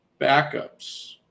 backups